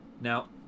Now